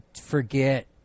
forget